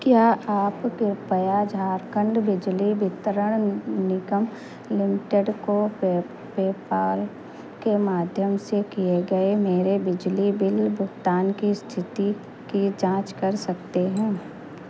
क्या आप कृपया झारखंड बिजली वितरण निगम लिमिटेड को पे पेपाल के माध्यम से किए गए मेरे बिजली बिल भुगतान की स्थिति की जांच कर सकते हैं